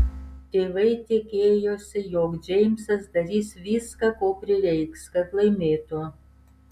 tėvai tikėjosi jog džeimsas darys viską ko prireiks kad laimėtų